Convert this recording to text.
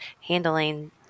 handling